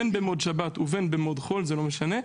בין במצב שבת ובין במצב חול, זה לא משנה,